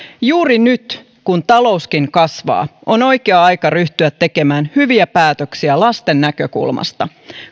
juuri nyt kun talouskin kasvaa on oikea aika ryhtyä tekemään hyviä päätöksiä lasten näkökulmasta